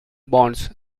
bonds